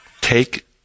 Take